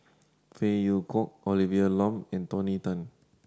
Phey Yew Kok Olivia Lum and Tony Tan